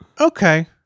Okay